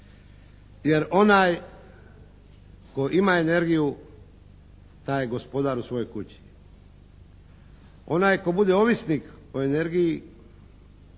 jer onaj tko ima energiju taj je gospodar u svojoj kući. Onaj tko bude ovisnik o energiji,